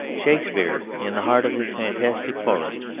shakespeare, in the heart of his fantastic forest,